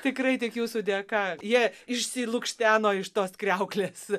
tikrai tik jūsų dėka jie išsilukšteno iš tos kriauklės